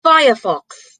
firefox